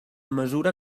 mesura